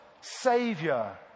savior